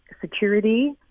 security